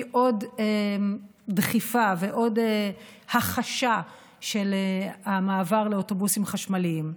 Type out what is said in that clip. עוד דחיפה ועוד החשה של המעבר לאוטובוסים חשמליים.